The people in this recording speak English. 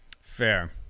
Fair